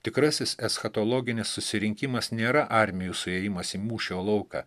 tikrasis eschatologinis susirinkimas nėra armijų suėjimas į mūšio lauką